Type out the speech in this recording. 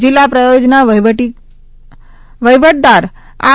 જિલ્લા પ્રયોજના વહીવટદાર આર